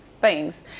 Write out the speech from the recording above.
thanks